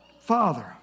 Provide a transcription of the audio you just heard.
Father